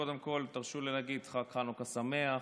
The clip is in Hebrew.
קודם כול תרשו לי להגיד חג חנוכה שמח.